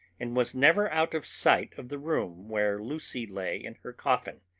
and was never out of sight of the room where lucy lay in her coffin,